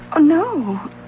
No